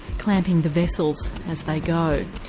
clamping the vessels as they go.